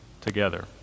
together